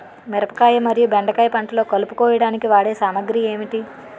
మిరపకాయ మరియు బెండకాయ పంటలో కలుపు కోయడానికి వాడే సామాగ్రి ఏమిటి?